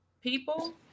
people